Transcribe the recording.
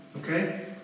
Okay